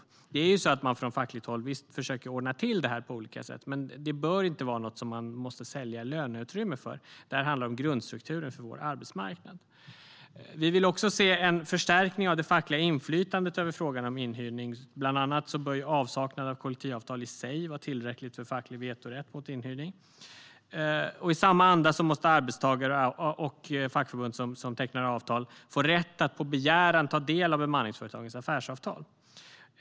Visst är det så att man från fackligt håll försöker ordna till detta på olika sätt, men det bör inte vara något som man måste sälja löneutrymme för. Det här handlar om grundstrukturen för vår arbetsmarknad. Vi vill också se en förstärkning av det fackliga inflytandet över frågan om inhyrning. Bland annat bör avsaknad av kollektivavtal i sig vara tillräckligt för facklig vetorätt mot inhyrning. I samma anda måste arbetstagare och fackförbund som tecknar avtal få rätt att på begäran ta del av bemanningsföretagens affärsavtal.